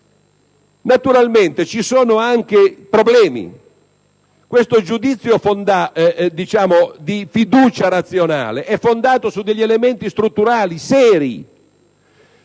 Naturalmente vi sono anche alcuni problemi. Il giudizio di fiducia razionale è fondato su elementi strutturali seri.